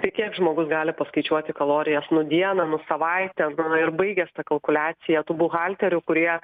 tai kiek žmogus gali paskaičiuoti kalorijas nu dieną nu savaitę nu ir baigias tą kalkuliacija tų buhalterių kurie